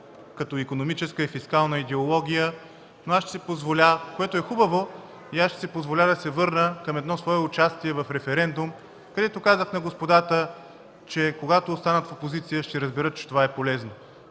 като икономическа и фискална идеология, което е хубаво. Ще си позволя да се върна към едно свое участие в референдум, където казах на господата, че когато останат в опозиция, ще разберат, че това е полезно.